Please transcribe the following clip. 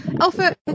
Alfred